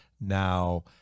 Now